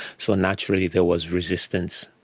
so naturally there was resistance.